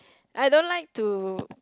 I don't like to